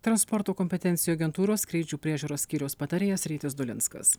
transporto kompetencijų agentūros skrydžių priežiūros skyriaus patarėjas rytis dulinskas